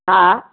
हा